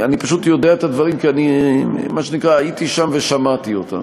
אני פשוט יודע את הדברים כי אני מה שנקרא הייתי שם ושמעתי אותם.